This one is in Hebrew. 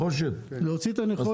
אפשר להוציא את הנחושת?